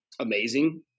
amazing